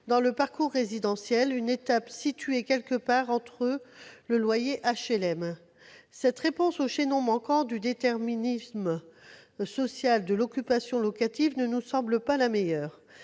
dans le parcours résidentiel, une étape située quelque part entre le loyer HLM. Cette réponse au « chaînon manquant » du déterminisme social de l'occupation locative ne nous paraît pas la meilleure.